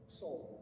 soul